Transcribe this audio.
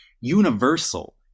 universal